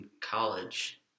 college